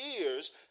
years